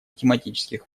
тематических